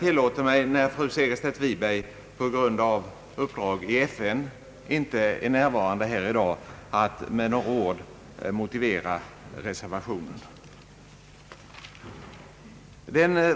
Eftersom fru Segerstedt Wiberg inte är närvarande här i dag på grund av FN-uppdrag tillåter jag mig att med några ord motivera reservationen.